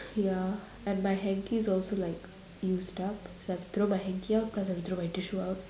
ya and my hankies also like used up so I have throw my hankie out cause I'm throw my tissue out